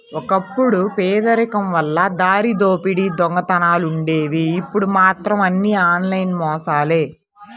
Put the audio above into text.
ఒకప్పుడు పేదరికం వల్ల దారిదోపిడీ దొంగతనాలుండేవి ఇప్పుడు మాత్రం అన్నీ ఆన్లైన్ మోసాలే